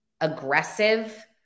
aggressive